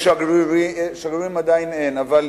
יש שגרירים, שגרירים עדיין אין, אבל